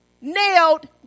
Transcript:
nailed